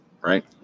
Right